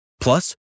Plus